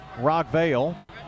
Rockvale